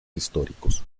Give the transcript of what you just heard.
históricos